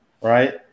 right